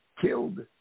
killed